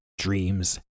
dreams